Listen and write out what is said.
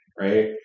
right